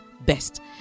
best